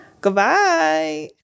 Goodbye